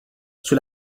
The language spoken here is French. sous